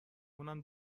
اونم